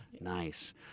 Nice